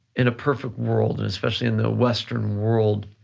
in a perfect world, and especially in the western world,